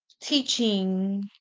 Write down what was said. teaching